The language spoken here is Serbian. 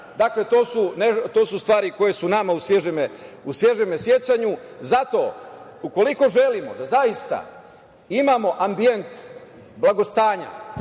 Dakle, to su stvari koje su nama u svežem sećanju. Zato ukoliko želimo da zaista imamo ambijent blagostanja,